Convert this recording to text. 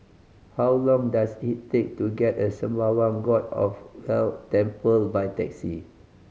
how long does it take to get the Sembawang God of Wealth Temple by taxi